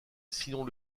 sinon